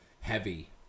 heavy